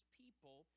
people